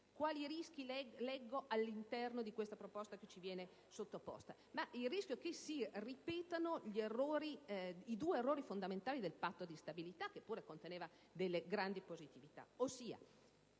Quali rischi leggo all'interno della proposta che ci viene sottoposta? Il rischio è che si ripetano i due errori fondamentali del Patto di stabilità, che pure conteneva aspetti fortemente positivi,